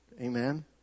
Amen